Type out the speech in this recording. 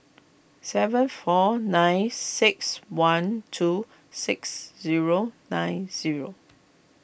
seven four nine six one two six zero nine zero